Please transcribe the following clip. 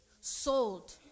sold